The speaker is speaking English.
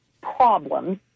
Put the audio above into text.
problems